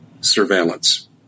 surveillance